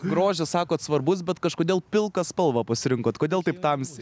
grožis sakot svarbus bet kažkodėl pilką spalvą pasirinkot kodėl taip tamsiai